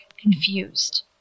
confused